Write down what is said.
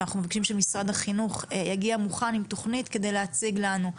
אנחנו מבקשים שמשרד החינוך יגיע מוכן עם תכנית להציג לנו,